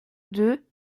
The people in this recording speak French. deux